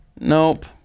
Nope